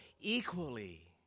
equally